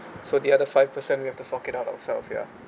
so the other five percent we have to fork it ourselves ya